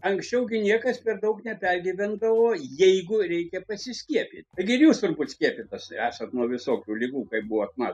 anksčiau niekas per daug nepergyvendavo jeigu reikia pasiskiepyt taigi ir jūs turbūt skiepytas esat nuo visokių ligų kai buvot ma